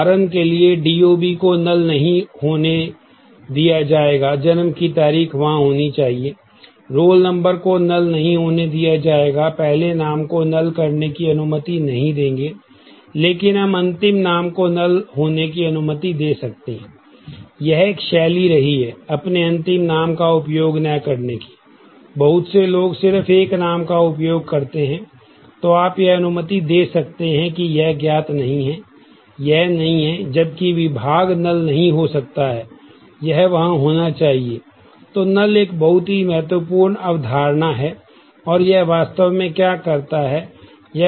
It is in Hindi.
अब सभी फील्ड एक बहुत ही महत्वपूर्ण अवधारणा है और यह वास्तव में क्या करता है